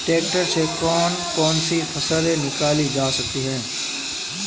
Tractor से कौन कौनसी फसल निकाली जा सकती हैं?